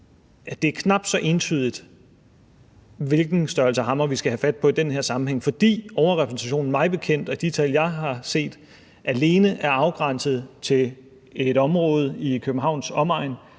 det er knap så entydigt, hvilken størrelse hammer vi skal have fat på i den her sammenhæng, fordi overrepræsentation mig bekendt – og de tal, jeg har set – alene er afgrænset til et område i Københavns omegn.